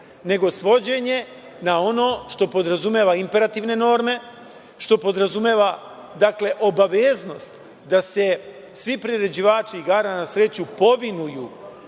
nego svođenje na ono što podrazumeva imperativne norme, što podrazumeva obaveznost da se svi priređivači igara na sreću povinuju